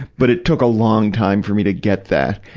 but it took a long time for me to get that.